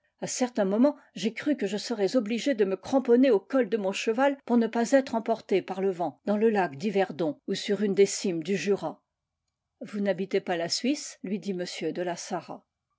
certains moments j'ai cru que je serais obligé de me cramponner au col de mon cheval pour ne pas être emporté par le vent dans le lac d'yverdon ou sur une des cimes du jura vous n'habitez pas la suisse lui dit m de